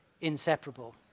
inseparable